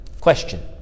question